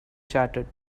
shattered